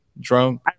Drunk